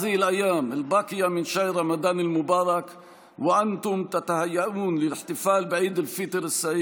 בימים האלה שנותרו לסיום חודש רמדאן אתם מתכוננים לחגוג את עיד אל-פיטר,